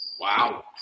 Wow